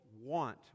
want